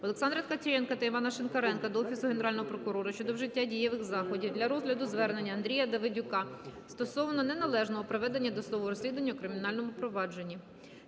Олександра Ткаченка та Івана Шинкаренка до Офісу Генерального прокурора щодо вжиття дієвих заходів для розгляду звернення Андрія Давидюка стосовно неналежного проведення досудового розслідування у кримінальному провадженні.